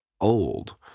old